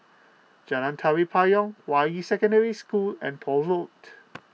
Jalan Tari Payong Hua Yi Secondary School and Poole Road